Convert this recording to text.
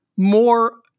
More